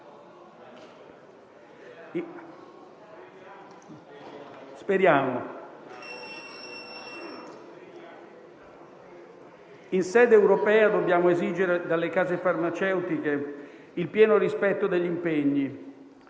In sede europea, dobbiamo esigere dalle case farmaceutiche il pieno rispetto degli impegni.